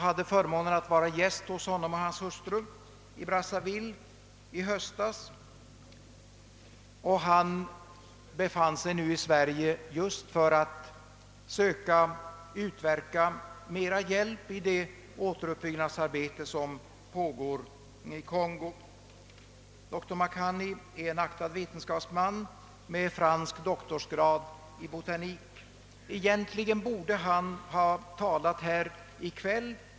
Han befann sig i Sverige just för att utverka mera hjälp i det uppbyggnadsarbete som pågår i Kongo. Dr Makany är en aktad vetenskapsman med en fransk doktorsgrad. Egentligen borde han ha talat här i kväll.